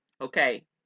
Okay